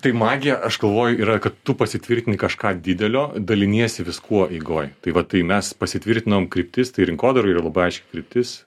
tai magija aš galvoju yra kad tu pasitvirtini kažką didelio daliniesi viskuo eigoj tai va tai mes pasitvirtinom kryptis tai rinkodaroj yra labai aiški kryptis